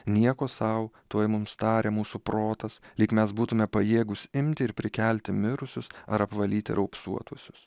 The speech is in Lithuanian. nieko sau tuoj mums tarė mūsų protas lyg mes būtume pajėgūs imt ir prikelti mirusius ar apvalyti raupsuotuosius